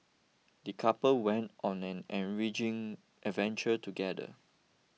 the couple went on an enriching adventure together